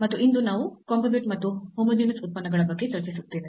ಮತ್ತು ಇಂದು ನಾವು ಕಂಪೋಸಿಟ್ ಮತ್ತು ಹೋಮೋಜೀನಸ್ ಉತ್ಪನ್ನಗಳ ಬಗ್ಗೆ ಚರ್ಚಿಸುತ್ತೇವೆ